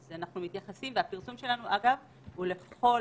אנחנו נפעיל לחץ גדול ככל שנוכל בכל